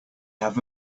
have